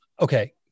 okay